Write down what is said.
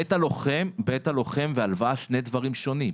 לא, בית הלוחם וההלוואה הם שני דברים שונים.